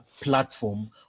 Platform